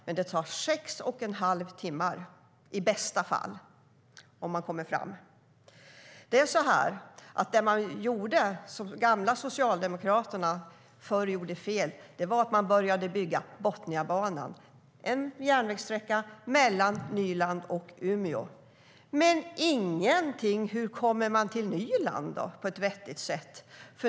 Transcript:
Men det tar sex och en halv timme i bästa fall - om man kommer fram. Det fel som de gamla Socialdemokraterna gjorde var att börja bygga Botniabanan, en järnvägssträcka mellan Nyland och Umeå, utan att säga någonting om hur man kommer till Nyland på ett vettigt sätt.